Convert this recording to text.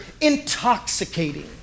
intoxicating